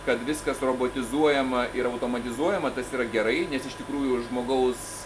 kad viskas robotizuojama ir automatizuojama tas yra gerai nes iš tikrųjų žmogaus